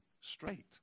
straight